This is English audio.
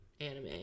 anime